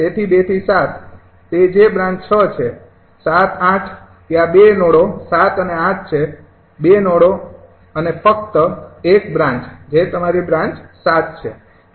તેથી ૨ થી ૭ તે જે બ્રાન્ચ ૬ છે ૭ ૮ ત્યાં ૨ નોડો ૭ અને ૮ છે ૨ નોડો અને ફક્ત ૧ બ્રાન્ચ જે તમારી બ્રાન્ચ ૭ છે